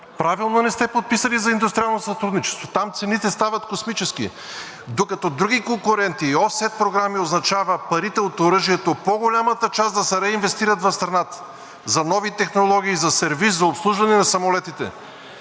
Правилно не сте подписали за индустриално сътрудничество – там цените стават космически! Докато други конкурентни и офсет програми означава парите от оръжието – по-голямата част, да се реинвестират в страната за нови технологии, за сервиз, за обслужване на самолетите,